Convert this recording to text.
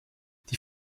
die